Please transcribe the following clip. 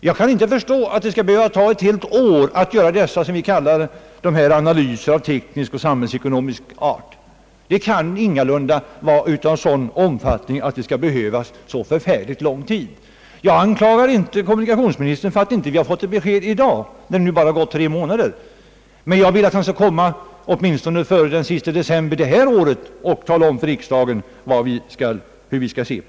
Jag kan inte förstå att det skall behöva ta ett helt år att göra behövliga analyser av teknisk och samhällsekonomisk art. Dessa kan ingalunda vara av sådan omfattning att de skall behöva ta så lång tid. Jag anklagar inte kommunikationsministern för att vi inte har fått ett besked i dag, när det gått bara tre månader, men jag tycker att han åtminstone före den sista december i år borde kunna tala om för riksdagen hur han ser på saken.